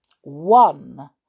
One